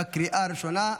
בקריאה הראשונה.